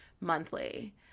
monthly